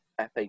FA